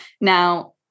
Now